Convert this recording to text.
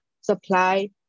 supply